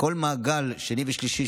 כל המעגל השני והשלישי,